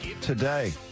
today